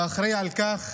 והאחראי על כך